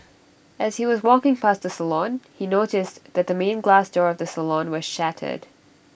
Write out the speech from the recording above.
as he was walking past the salon he noticed that the main glass door of the salon was shattered